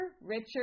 Richard